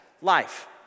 life